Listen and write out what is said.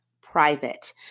private